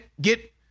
get